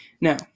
Now